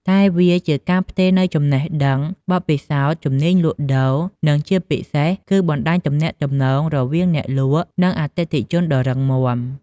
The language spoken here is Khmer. តែវាជាការផ្ទេរនូវចំណេះដឹង បទពិសោធន៍ ជំនាញលក់ដូរ និងជាពិសេសគឺបណ្ដាញទំនាក់ទំនង រវាងអ្នកលក់និងអតិថិជនដ៏រឹងមាំ។